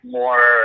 more